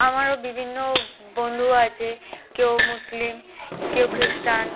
আমারও বিভিন্ন বন্ধু আছে কেউ মুসলিম কেউ খ্রিস্টান